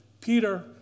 Peter